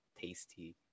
tasty